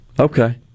Okay